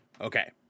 okay